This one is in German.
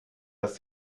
das